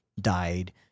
died